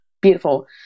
beautiful